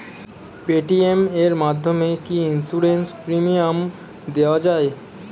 Paytm এর মাধ্যমে কি ইন্সুরেন্স প্রিমিয়াম দেওয়া যায়?